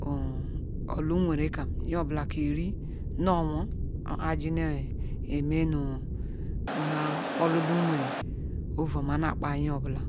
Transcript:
orh orlu nwene kam Oryaji ne eme nu nah orlulu nwere oru oma na kpa nyeobula